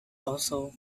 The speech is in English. also